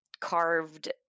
carved